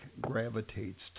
gravitates